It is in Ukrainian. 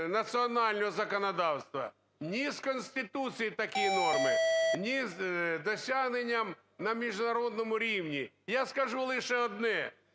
національного законодавства, ні з Конституцією такі норми, ні з досягненнями на міжнародному рівні. Я скажу лише одне: